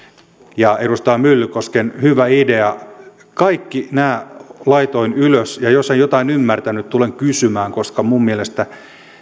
ja edustaja myllykoskella oli hyvä idea kaikki nämä laitoin ylös ja jos en jotain ymmärtänyt tulen kysymään koska minun mielestäni